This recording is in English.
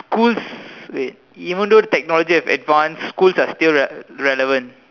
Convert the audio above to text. schools wait even though technology has advanced schools are still right relevant